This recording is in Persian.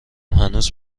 هنوز